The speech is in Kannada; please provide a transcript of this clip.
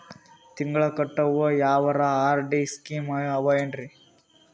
ತಿಂಗಳ ಕಟ್ಟವು ಯಾವರ ಆರ್.ಡಿ ಸ್ಕೀಮ ಆವ ಏನ್ರಿ?